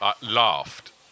laughed